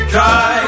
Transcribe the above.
Try